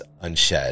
unshed